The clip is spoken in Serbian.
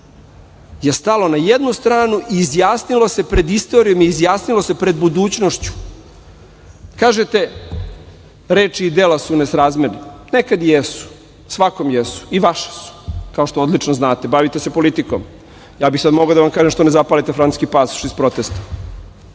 je stalo na jednu stranu i izjasnilo se pred istorijom i izjasnilo se pred budućnošću. Kažete – reči i dela su nesrazmerni. Nekad jesu, svakom jesu, i vaše su, kaošto odlično znate, bavite se politikom. Sad bih mogao da vam kažem – što ne zapalite francuski pasoš iz protesta. Dakle,